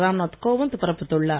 ராம் நாத் கோவிந்த் பிறப்பித்துள்ளார்